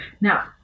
now